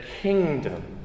kingdom